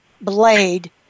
Blade